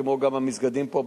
וגם המסגדים פה,